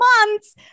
months